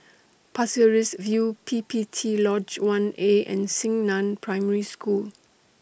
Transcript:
Pasir Ris View P P T Lodge one A and Xingnan Primary School